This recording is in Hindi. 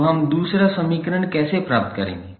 तो हम दूसरा समीकरण कैसे प्राप्त करेंगे